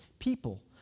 People